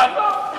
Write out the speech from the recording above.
תחזור.